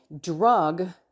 drug